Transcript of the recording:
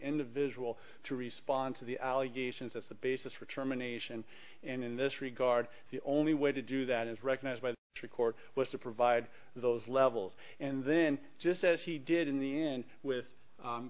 individual to respond to the allegations as the basis for germination and in this regard the only way to do that is recognized by the court was to provide those levels and then just as he did in the end with